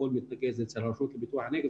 יחד עם חיים ביבס,